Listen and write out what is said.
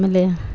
ಆಮೇಲೆ